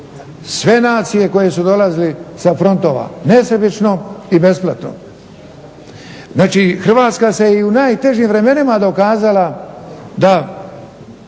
Hrvatska se i u najtežim vremenima dokazala da